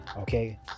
Okay